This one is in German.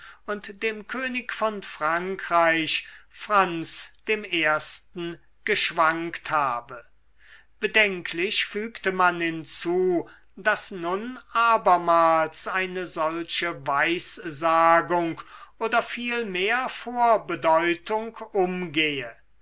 und dem könig von frankreich franz dem ersten geschwankt habe bedenklich fügte man hinzu daß nun abermals eine solche weissagung oder vielmehr vorbedeutung umgehe